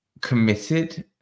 committed